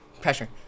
Pressure